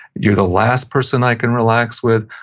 you're the last person i can relax with,